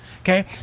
Okay